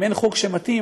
אם אין חוק שמתאים,